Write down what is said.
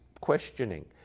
questioning